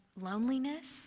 loneliness